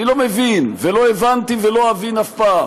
אני לא מבין ולא הבנתי ולא אבין אף פעם,